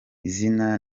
izina